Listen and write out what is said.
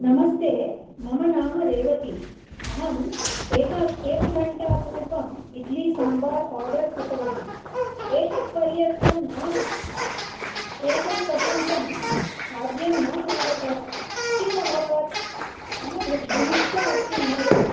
नमस्ते मम नाम रेवती अहम् एकम् एकघण्टापूर्वम् इड्लि साम्बार् आर्डर् कृतवती एतद् पर्यन्तं न एतत्पर्यन्तं खाद्यं न आगतं किम् अभवत् मम ब् बुभुक्षा अस्ति महोदय